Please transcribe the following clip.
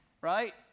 right